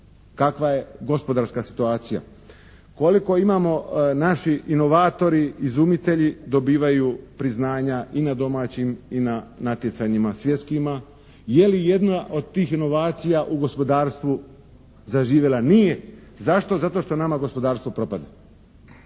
kakva je gospodarska situacija. Koliko imamo, naši inovatori, izumitelji dobivaju priznanja i na domaćim i na natjecanjima svjetskima? Je li jedna od tih inovacija u gospodarstvu zaživjela nije. Zašto? Zato što nama gospodarstvo propada.